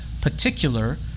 particular